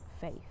faith